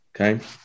Okay